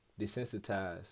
desensitized